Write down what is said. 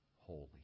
holy